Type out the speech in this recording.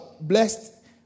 blessed